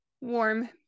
warm